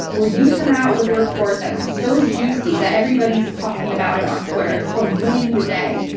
where you come out with a report that's so juicy that everybody is talking about it on twitter. it's called, winning the day.